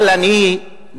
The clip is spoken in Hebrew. אבל אני,